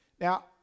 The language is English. Now